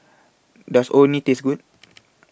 Does Orh Nee Taste Good